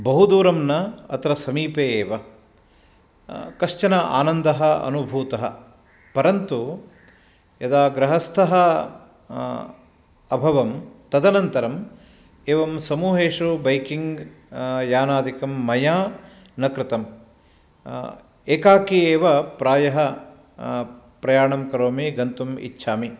बहु दूरं न अत्र समीपे एव कश्चन आनन्दः अनुभूतः परन्तु यदा गृहस्थः अभवं तदनन्तरं एवं समूहेषु बैकिङ्ग् यानादिकं मया न कृतं एकाकी एव प्रायः प्रयाणं करोमि गन्तुम् इच्छामि